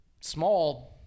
small